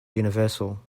universal